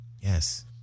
Yes